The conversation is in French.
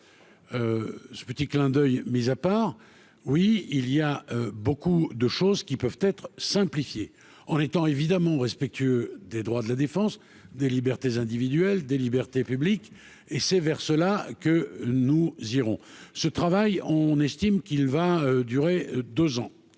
ce petit clin d'oeil, mise à part, oui, il y a beaucoup de choses qui peuvent être simplifié en étant évidemment respectueux des droits de la défense des libertés individuelles, des libertés publiques et c'est vers cela que nous irons ce travail, on estime qu'il va durer 2 ans